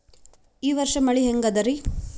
ಈ ವರ್ಷ ಮಳಿ ಹೆಂಗ ಅದಾರಿ?